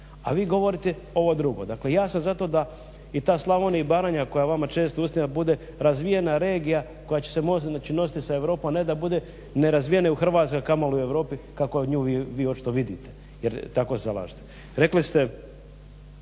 A vi govorite ovo druge. Dakle, ja sam za to da i ta Slavonija i Baranja koja je vama često u ustima, bude razvijena regija koja će se moći nositi sa Europom, ne da bude nerazvijena u Hrvatskoj, kamoli u Europi kako nju vi očito vidite, jer tako se zalažete. Rekli ste